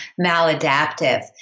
maladaptive